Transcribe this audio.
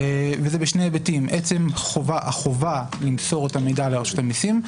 וזה בשני היבטים: עצם החובה למסור את המידע לרשות המסים,